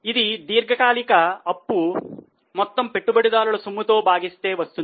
ఇది దీర్ఘకాలిక అప్పు మొత్తం పెట్టుబడిదారుల సొమ్ముతో భాగిస్తే వస్తుంది